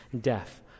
death